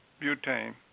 butane